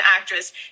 actress